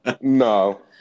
No